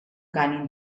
cant